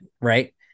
right